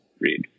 read